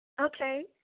Okay